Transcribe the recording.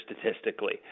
statistically